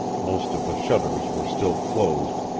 most of the shutters were still closed,